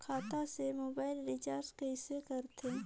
खाता से mobile recharge कइसे करथे